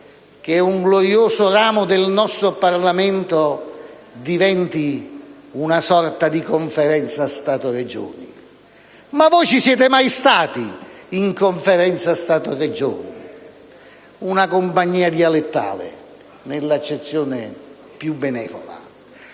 che un glorioso ramo del nostro Parlamento diventi una sorta di Conferenza Stato-Regioni? Ma voi ci siete mai stati in Conferenza Stato-Regioni? Una compagnia dialettale, nell'accezione più benevola.